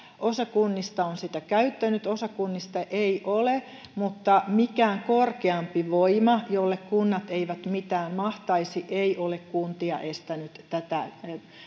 osa kunnista on sitä käyttänyt osa kunnista ei ole mutta mikään korkeampi voima jolle kunnat eivät mitään mahtaisi ei ole kuntia estänyt tätä